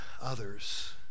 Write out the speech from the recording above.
others